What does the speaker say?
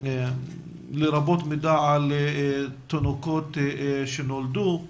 לרבות מידע על תינוקות שנולדו.